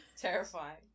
terrifying